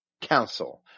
council